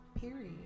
Period